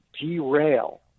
derail